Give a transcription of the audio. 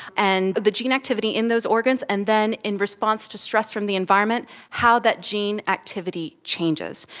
and the gene activity in those organs, and then in response to stress from the environment, how that gene activity changes.